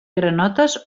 granotes